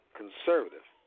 conservative